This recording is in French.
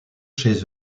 chez